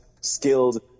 skilled